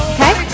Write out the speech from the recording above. Okay